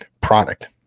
product